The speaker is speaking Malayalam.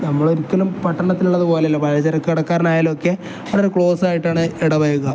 നമ്മൾ ഒരിക്കലും പട്ടണത്തിലുള്ളത് പോല അല്ലല്ലോ പലചരക്ക് കടക്കാാരനായാലുമൊക്കെ വളരെ ക്ലോസ് ആയിട്ടാണ് ഇടപഴകുക